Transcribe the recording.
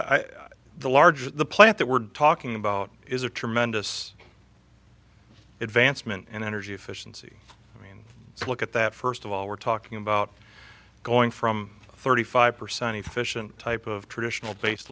the larger the plant that we're talking about is a tremendous advancement in energy efficiency so look at that first of all we're talking about going from thirty five percent efficient type of traditional